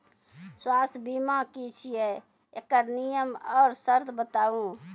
स्वास्थ्य बीमा की छियै? एकरऽ नियम आर सर्त बताऊ?